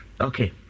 Okay